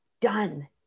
done